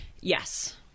Yes